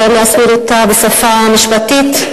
אפשר להסביר אותה בשפה משפטית,